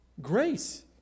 Grace